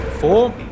Four